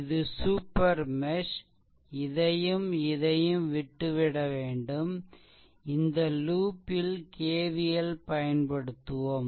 இது super mesh இதையும் இதையும் விட்டுவிட வேண்டும் இந்த லூப் ல் KVL பயன்படுத்துகிறோம்